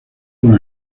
con